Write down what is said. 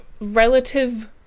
relative